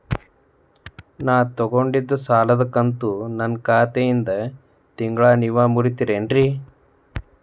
ನಾ ತೊಗೊಂಡಿದ್ದ ಸಾಲದ ಕಂತು ನನ್ನ ಖಾತೆಯಿಂದ ತಿಂಗಳಾ ನೇವ್ ಮುರೇತೇರೇನ್ರೇ?